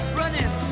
running